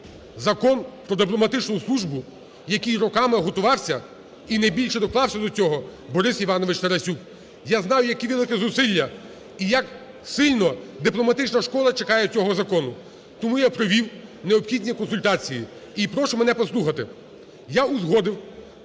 Закон "Про дипломатичну службу", який роками готувався і найбільше доклався до цього Борис Іванович Тарасюк. Я знаю, які великі зусилля і як сильно дипломатична школа чекає цього закону. Тому я провів необхідні консультації, і прошу мене послухати. Я узгодив